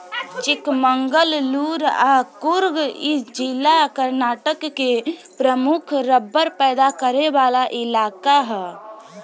चिकमंगलूर आ कुर्ग इ जिला कर्नाटक के प्रमुख रबड़ पैदा करे वाला इलाका ह